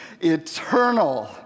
eternal